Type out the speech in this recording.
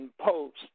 Post